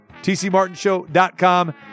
tcmartinshow.com